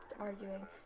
arguing